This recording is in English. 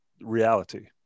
reality